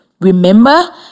Remember